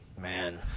man